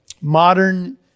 modern